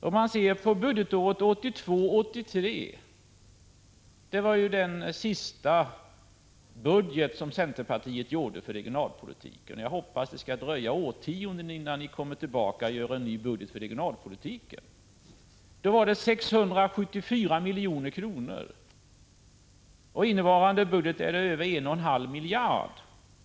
Om vi ser på budgetåret 1982/83, när centerpartiet gjorde sin sista budget för regionalpolitiken — jag hoppas att det skall dröja årtionden innan ni kommer tillbaka och gör en ny budget för regionalpolitiken — finner vi att de regionalpolitiska anslagen uppgick 674 milj.kr. I innevarande budget uppgår de till över 1,5 miljarder.